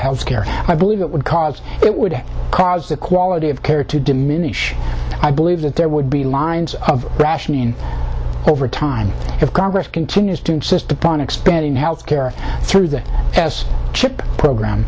health care i believe it would cause it would cause the quality of care to diminish i believe that there would be lines of rationing over time if congress continues to insist upon expanding health care through the chip program